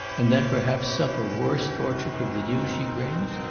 and then perhaps suffer worse torture from the news she brings,